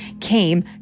came